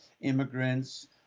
immigrants